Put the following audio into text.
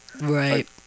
Right